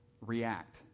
react